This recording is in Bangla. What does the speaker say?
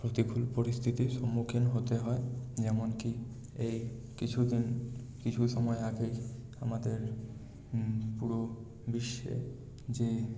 প্রতিকূল পরিস্থিতির সম্মুখীন হতে হয় যেমন কী এই কিছু দিন কিছু সময় আগেই আমাদের পুরো বিশ্বে যে